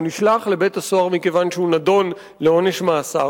הוא נשלח לבית-הסוהר מכיוון שהוא נידון לעונש מאסר,